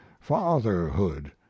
fatherhood